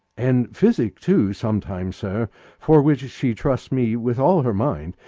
and physic too, sometime, sir for which she trusts me with all her mind.